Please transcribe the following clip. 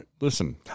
listen